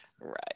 Right